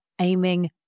aiming